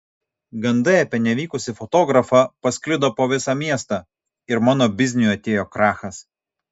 gandai apie nevykusį fotografą pasklido po visą miestą ir mano bizniui atėjo krachas